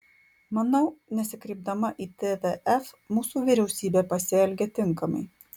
manau nesikreipdama į tvf mūsų vyriausybė pasielgė tinkamai